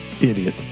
Idiot